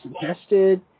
suggested